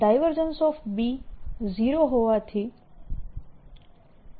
B0 હોવાથી